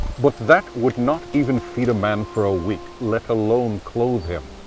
but that would not even feed a man for a week, let alone clothe him.